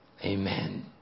Amen